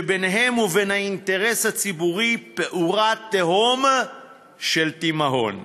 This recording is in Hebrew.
תוכניות בנייה שבינן ובין האינטרס הציבורי פעורה תהום של תימהון.